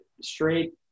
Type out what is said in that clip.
straight